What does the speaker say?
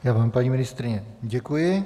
Já vám, paní ministryně, děkuji.